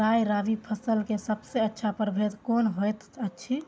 राय रबि फसल के सबसे अच्छा परभेद कोन होयत अछि?